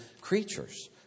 creatures